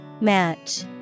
Match